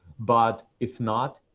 but if not,